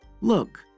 look